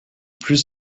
plus